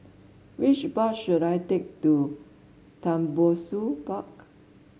which bus should I take to Tembusu Park